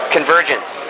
Convergence